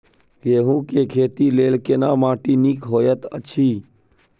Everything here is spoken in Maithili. गेहूँ के खेती लेल केना माटी नीक होयत अछि?